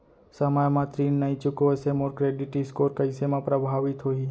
समय म ऋण नई चुकोय से मोर क्रेडिट स्कोर कइसे म प्रभावित होही?